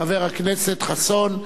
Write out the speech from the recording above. חבר הכנסת חסון.